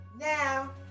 Now